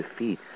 defeat